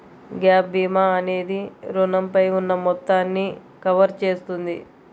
gap భీమా అనేది రుణంపై ఉన్న మొత్తాన్ని కవర్ చేస్తుంది